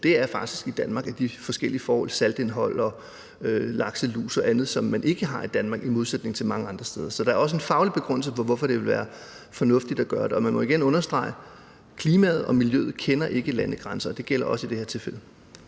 faktisk er i Danmark på grund af forskellige forhold, nemlig saltindhold og lakselus og andet, som vi ikke har i Danmark i modsætning til mange andre steder. Så der er også en faglig begrundelse for, at det vil være fornuftigt at gøre det. Man må igen understrege, at klimaet og miljøet ikke kender landegrænser. Det gælder også i det her tilfælde.